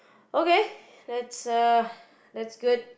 okay that's uh that's good